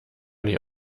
nicht